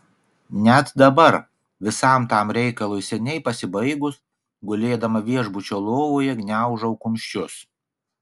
net dabar visam tam reikalui seniai pasibaigus gulėdama viešbučio lovoje gniaužau kumščius